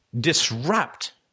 disrupt